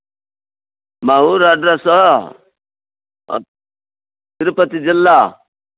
మా ఊరి అడ్రస్స్ తిరుపతి జిల్లా